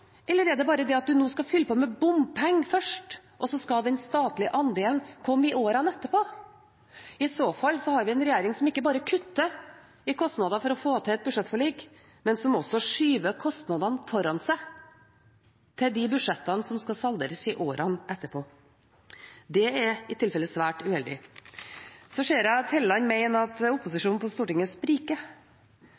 eller er det at en skal fylle på med bompenger først, og så skal den statlige andelen komme i årene etterpå. I så fall har vi en regjering som ikke bare kutter i kostnader for å få til et budsjettforlik, men som også skyver kostnadene foran seg til de budsjettene som skal salderes i årene etterpå. Det er i tilfelle svært uheldig. Så ser jeg at Helleland mener at